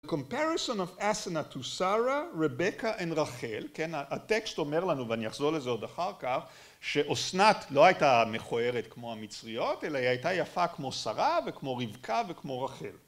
Comparison of Asena to Sara, Rebecca and Rachel, כן הטקסט אומר לנו ואני אחזור לזה עוד אחר כך שאוסנת לא הייתה מכוערת כמו המצריות אלא היא הייתה יפה כמו שרה וכמו רבקה וכמו רחל.